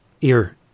ear